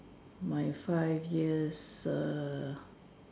my five years err